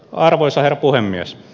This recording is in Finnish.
arvoisa herra puhemies